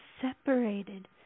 separated